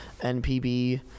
NPB